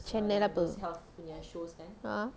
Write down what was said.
channel apa ah